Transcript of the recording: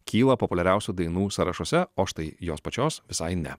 kyla populiariausių dainų sąrašuose o štai jos pačios visai ne